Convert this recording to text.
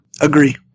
Agree